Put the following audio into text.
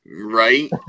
Right